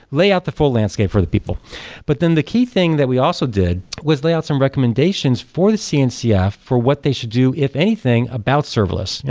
lay out the full landscape for the people but then the key thing that we also did was lay out some recommendations for the cncf for what they should do if anything about serverless. yeah